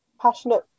passionate